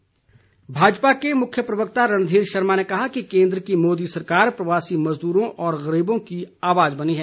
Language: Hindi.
रणधीर शर्मा भाजपा के मुख्य प्रवक्ता रणधीर शर्मा ने कहा है कि केन्द्र की मोदी सरकार प्रवासी मजदूरों और गरीबों की आवाज बनी है